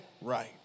right